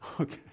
Okay